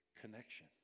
connection